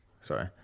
Sorry